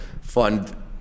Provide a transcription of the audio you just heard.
fund